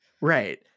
Right